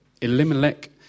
Elimelech